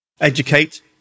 educate